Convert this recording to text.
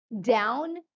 down